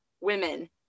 women